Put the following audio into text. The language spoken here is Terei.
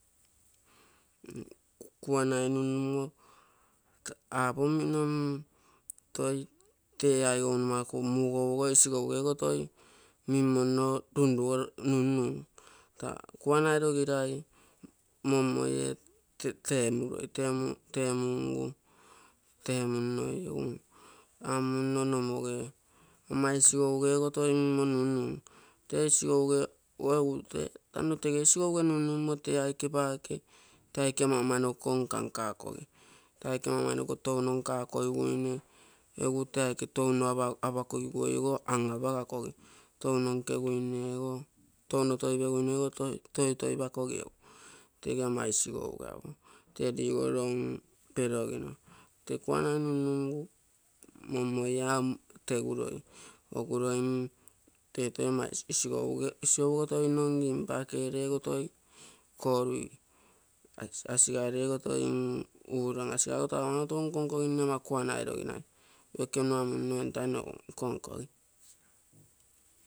Kuanai nunnumo apimino mm-toi tee aigou nomaku mugai ogo isigouge toi mimo nno numnum, ta kuanai nogirai mommoie temuroi tee temungu egu emunno nomoge ama isigouge toi numnum. Te isigougego egu te etano tege isigouge numnumo tee aike paake tee aike ama-amanoko nkankakogi. Tee aike paake ama-amanoko tou nko-nkoginne. Touno nkeguine ego touno toipeguine toi-toipakogi. egu ege ama isigouge apo, te logoro um perogimo. Te kuanai nunnugu, mommoi ee teguloi. Oguroi mm-tee toi isigarogo toi nno ngim. Paakere ogo toi korui, asiga lego toi urom, asigago taa mautou nko-nkogiguine ama kuanai-nogirai. Ekenua munno etano egu nko-nkogi.